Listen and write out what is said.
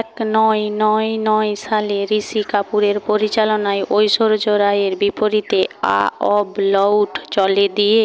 এক নয় নয় নয় সালে ঋষি কাপুরের পরিচালনায় ঐশ্বর্য রাইয়ের বিপরীতে আ অব লউট চলে দিয়ে